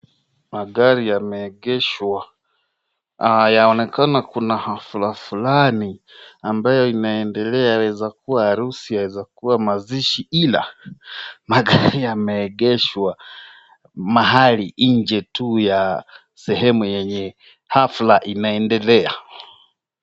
Magari yameegeshwa. Yaonekana kuna hafla fulani ambaye inaendelea. Inaeza kua harusi, yaeza kua mazishi ila magari yameegeshwa mahali nje tu ya sehemu yenye hafla inaendelea.